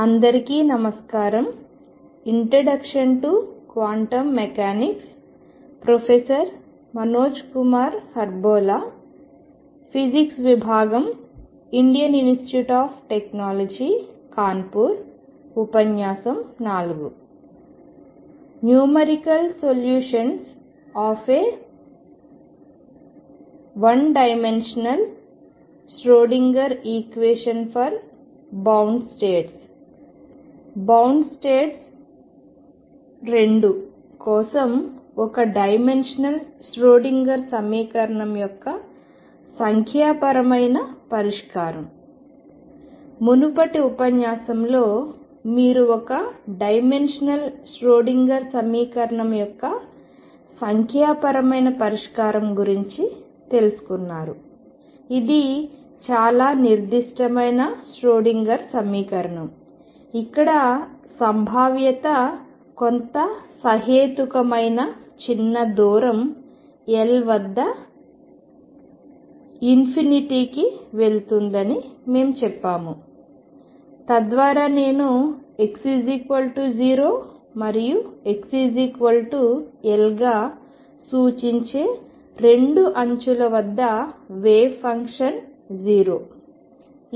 ఇది చాలా నిర్దిష్టమైన ష్రోడింగర్ సమీకరణం ఇక్కడ సంభావ్యత కొంత సహేతుకమైన చిన్న దూరం L వద్ద కి వెళుతుందని మేము చెప్పాము తద్వారా నేను x0 మరియు xLగా సూచించే రెండు అంచుల వద్ద వేవ్ ఫంక్షన్ 0